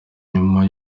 nyuma